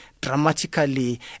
dramatically